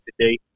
today